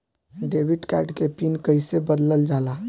Debit card के pin कईसे बदलल जाला?